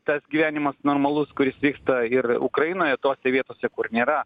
tas gyvenimas normalus kuris vyksta ir ukrainoje tose vietose kur nėra